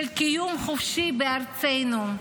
של קיום חופשי בארצנו.